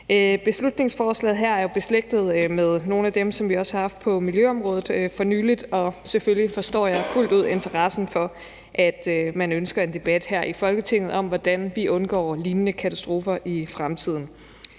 Beslutningsforslaget her er beslægtet med nogle af dem, vi også har haft på miljøområdet for nylig, og selvfølgelig forstår jeg fuldt ud interessen, og at man ønsker en debat her i Folketinget om, hvordan vi undgår lignende katastrofer i fremtiden.